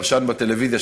פרשן בטלוויזיה,